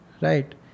right